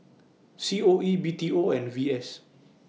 C O E B T O and V S